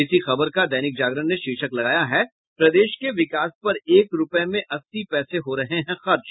इसी खबर का दैनिक जागरण ने शीर्षक लगाया है प्रदेश के विकास पर एक रूपये में अस्सी पैसे हो रहे हैं खर्च